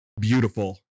beautiful